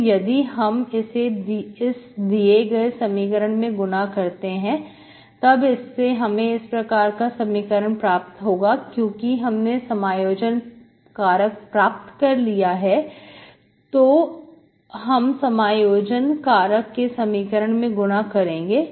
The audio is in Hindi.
तो यदि हम इसे दिए गए समीकरण में गुणा करते हैं तब इससे हमें इस प्रकार का समीकरण प्राप्त होगा क्योंकि हमने समायोजन कारक प्राप्त कर लिया है तो हम समायोजन कारक से समीकरण में गुना करेंगे